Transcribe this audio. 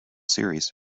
series